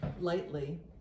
lightly